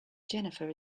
jennifer